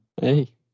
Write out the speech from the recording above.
Hey